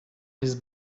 his